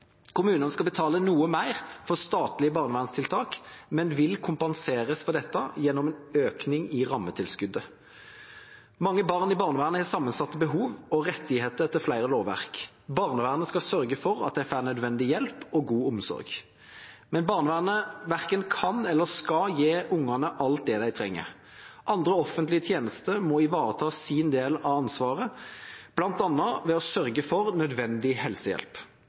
Kommunene skal betale noe mer for statlige barnevernstiltak, men vil kompenseres for dette gjennom en økning i rammetilskuddet. Mange barn i barnevernet har sammensatte behov og rettigheter etter flere lovverk. Barnevernet skal sørge for at de får nødvendig hjelp og god omsorg. Men barnevernet verken kan eller skal gi ungene alt det de trenger. Andre offentlige tjenester må ivareta sin del av ansvaret, bl.a. ved å sørge for nødvendig helsehjelp.